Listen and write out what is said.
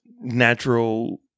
natural